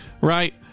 right